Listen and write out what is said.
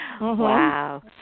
Wow